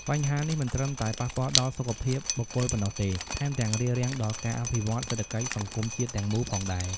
បញ្ហានេះមិនត្រឹមតែប៉ះពាល់ដល់សុខភាពបុគ្គលប៉ុណ្ណោះទេ ថែមទាំងរារាំងដល់ការអភិវឌ្ឍសេដ្ឋកិច្ចសង្គមជាតិទាំងមូលផងដែរ។